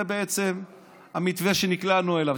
זה בעצם המתווה שנקלענו אליו.